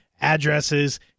addresses